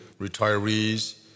retirees